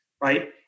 right